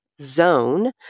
zone